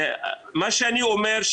מה שאני אומר,